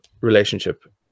relationship